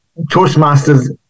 Toastmasters